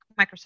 Microsoft